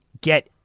get